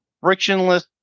frictionless